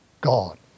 God